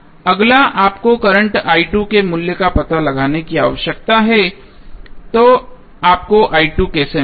अगला आपको करंटके मूल्य का पता लगाने की आवश्यकता है तो आपको कैसे मिलेगा